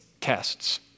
tests